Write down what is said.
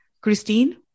Christine